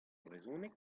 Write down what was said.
brezhoneg